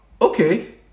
Okay